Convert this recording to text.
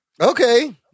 Okay